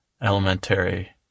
elementary